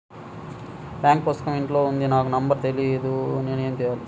Bank పుస్తకం ఇంట్లో ఉంది నాకు నంబర్ తెలియదు నేను ఏమి చెయ్యాలి?